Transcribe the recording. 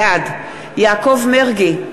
בעד יעקב מרגי,